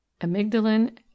amygdalin